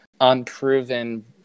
unproven